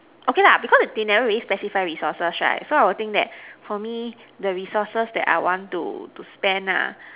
okay lah because they never really specify resources right so I will think that for me the resources that I want to to spend nah